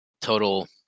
total